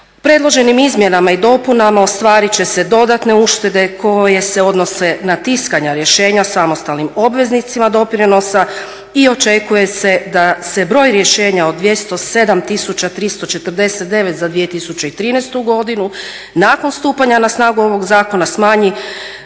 Predloženim izmjenama i dopunama ostvarit će se dodatne uštede koje se odnose na tiskanja rješenja samostalnim obveznicima doprinosa i očekuje se da se broj rješenja od 207 349 za 2013. godinu nakon stupanja na snagu ovog zakona smanji